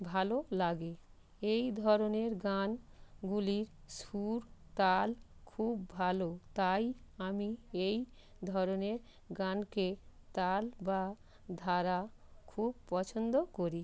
ভালো লাগে এই ধরনের গানগুলির সুর তাল খুব ভালো তাই আমি এই ধরনের গানকে তাল বা ধারা খুব পছন্দ করি